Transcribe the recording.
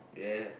yeah